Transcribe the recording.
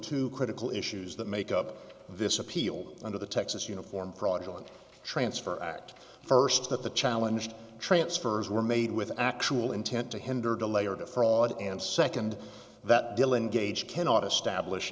two critical issues that make up this appeal under the texas uniform fraudulent transfer act first that the challenged transfers were made with actual intent to hinder delay or to fraud and second that dylan gage cannot establish